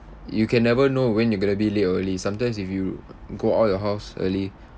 you can never know when you going to be late or early sometimes if you go out your house early